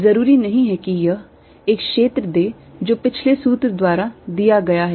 जरूरी नहीं है कि यह एक क्षेत्र दे जो पिछले सूत्र द्वारा दिया गया है